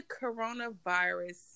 coronavirus